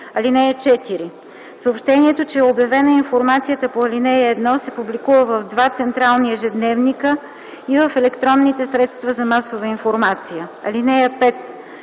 водите. (4) Съобщението, че е обявена информацията по ал. 1, се публикува в два централни ежедневника и в електронните средства за масова информация. (5)